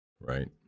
Right